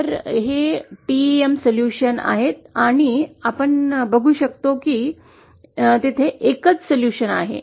तर हे TEM solution आहे आणि आपण बघू शकतो की तिथे एकच उपाय आहे